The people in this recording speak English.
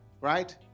Right